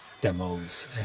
demos